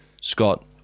Scott